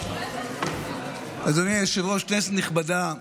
אדוני היושב-ראש, כנסת נכבדה,